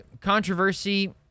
controversy